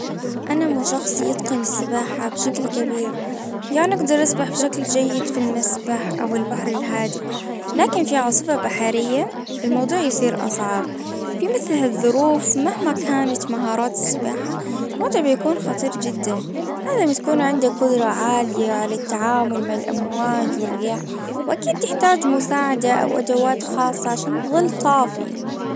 انا مو شخص يتقن السباحة بشكل كبير. يعني أجدر اسبح بشكل جيد في المسبح او البحر الهادئ. لكن في عاصفة بحرية الموضوع يصير اصعب في مثل هالظروف مهما كانت مهارات السباحة وضع بيكون خطير جدًا لازم تكون عندك قدرة عالية للتعامل مع الامواج والرياح واكيد تحتاج مساعدة او أدوات خاصة عشان تظل طافي.